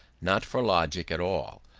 not for logic at all,